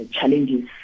challenges